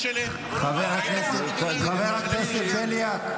שר המשפטים,